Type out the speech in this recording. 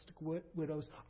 widows